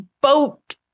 boat